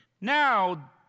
Now